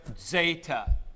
Zeta